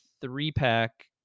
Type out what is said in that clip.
three-pack